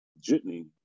Jitney